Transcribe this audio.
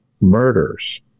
murders